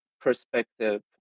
perspective